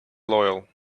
loyal